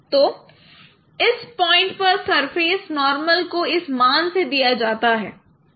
तो इस पॉइंट पर सरफेस नॉर्मल को इस मान से दिया जाता है